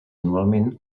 anualment